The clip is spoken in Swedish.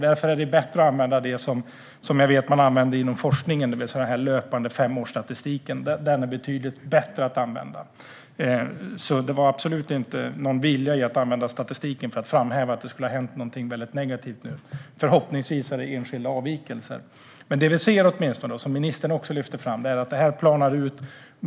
Därför är det betydligt bättre att använda löpande femårsstatistik, som jag vet att man använder inom forskningen. Jag ville absolut inte använda statistiken för att framhäva att det skulle ha hänt någonting väldigt negativt. Förhoppningsvis är det enskilda avvikelser. Det som vi ser och som ministern lyfter fram är att detta planar ut.